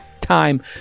time